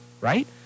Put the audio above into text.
right